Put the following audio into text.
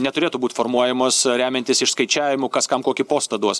neturėtų būt formuojamos remiantis išskaičiavimu kas kam kokį postą duos